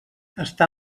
està